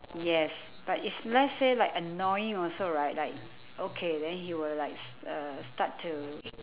yes but if let's say like annoying also right like okay then he would like s~ uh start to